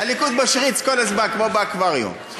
הליכוד משריץ כל הזמן, כמו באקווריום.